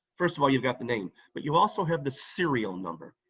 first of all, you've got the name, but you also have the serial number.